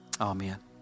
Amen